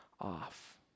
off